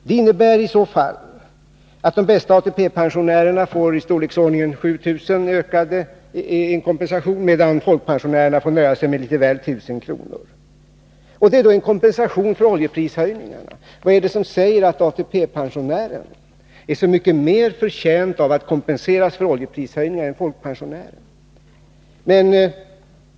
Det innebär i så fall att de bäst ställda ATP-pensionärerna får en kompensation i storleksordningen 7 000 kr., medan folkpensionärerna får nöja sig med litet mer än 1 000 kr. Det skulle då vara en kompensation för oljeprishöjningarna. Vad är det som säger att ATP-pensionärerna är så mycket mer förtjänta av att kompenseras för oljeprishöjningarna än folkpensionärerna?